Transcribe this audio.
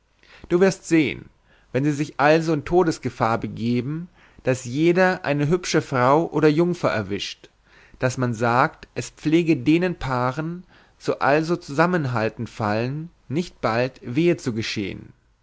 du wirst sehen wann sie sich also in todesgefahr begeben daß jeder eine hübsche frau oder jungfer erwischt dann man sagt es pflege denen paaren so also zusammenhaltend fallen nicht bald wehe zu geschehen